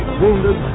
wounded